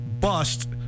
bust